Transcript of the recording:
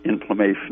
inflammation